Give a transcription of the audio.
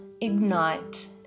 ignite